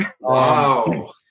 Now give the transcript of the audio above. Wow